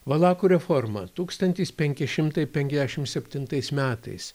valakų reforma tūkstantis penki šimtai penkiasdešim septintais metais